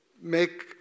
make